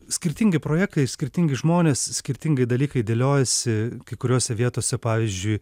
skirtingi projektai skirtingi žmonės skirtingai dalykai dėliojasi kai kuriose vietose pavyzdžiui